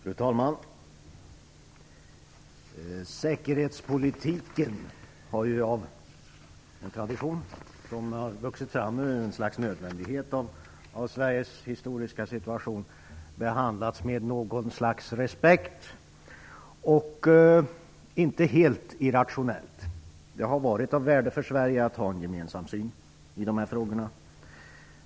Fru talman! Säkerhetspolitiken har av tradition, som har vuxit fram ur Sveriges historiska tradition som något av en nödvändighet, behandlats med något slags respekt och inte helt irrationellt. Det har varit av värde för Sverige att ha en gemensam syn i dessa frågor.